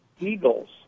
eagles